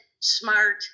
smart